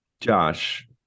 Josh